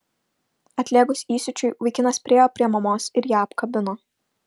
atlėgus įsiūčiui vaikinas priėjo prie mamos ir ją apkabino